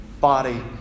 body